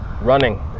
running